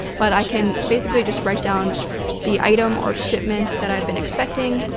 but i can basically just write down the item or shipment that i've been expecting,